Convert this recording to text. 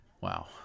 Wow